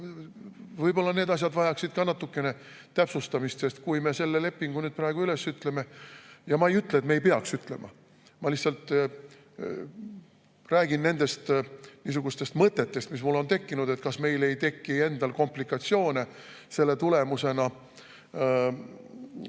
Võib-olla need asjad vajaksid ka natukene täpsustamist, sest kui me selle lepingu nüüd üles ütleme … Ja ma ei ütle, et me ei peaks ütlema, ma lihtsalt räägin mõtetest, mis mul on tekkinud, et kas meil ei teki endal komplikatsioone selle tulemusena. Võib-olla